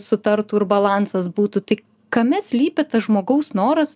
sutartų ir balansas būtų tai kame slypi tas žmogaus noras